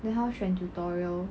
then how 选 tutorial